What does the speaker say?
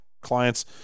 clients